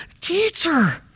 Teacher